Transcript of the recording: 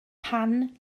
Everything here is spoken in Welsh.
pan